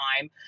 time